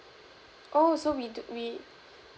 oh so we do we